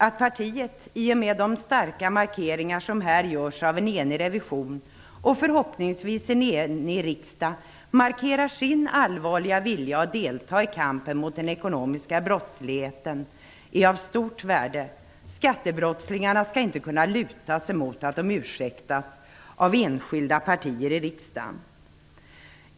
Att partiet, i och med de starka markeringar som här görs av en enig revision och förhoppningsvis en enig riksdag, markerar sin allvarliga vilja att delta i kampen mot den ekonomiska brottsligheten är av stort värde. Skattebrottslingarna skall inte kunna luta sig mot att de ursäktas av enskilda partier i riksdagen.